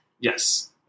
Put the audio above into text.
Yes